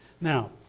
Now